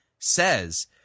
says